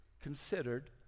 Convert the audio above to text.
Considered